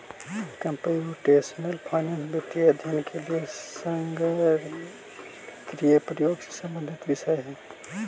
computational finance वित्तीय अध्ययन के लिए संगणकीय प्रयोग से संबंधित विषय है